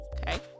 okay